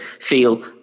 feel